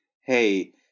hey